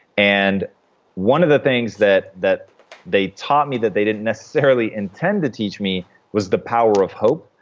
and one of the things that that they taught me that they didn't necessarily intend to teach me was the power of hope.